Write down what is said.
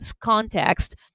context